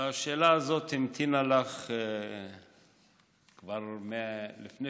השאלה הזאת המתינה לך עוד לפני